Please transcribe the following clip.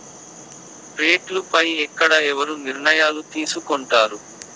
రేట్లు పై ఎక్కడ ఎవరు నిర్ణయాలు తీసుకొంటారు?